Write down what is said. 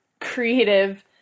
creative